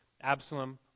Absalom